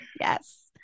Yes